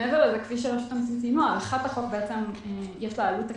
מעבר לכך, הארכת החוק יש לה עלות תקציבית,